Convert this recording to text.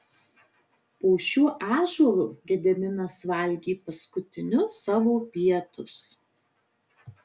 po šiuo ąžuolu gediminas valgė paskutinius savo pietus